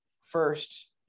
first